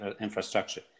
infrastructure